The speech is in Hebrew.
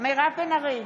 מירב בן ארי,